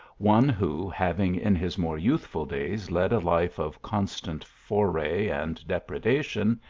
one who, having in his more youthful days led a life of constant foray and depredation,